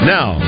Now